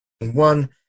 One